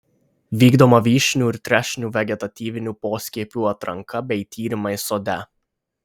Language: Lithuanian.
vykdoma vyšnių ir trešnių vegetatyvinių poskiepių atranka bei tyrimai sode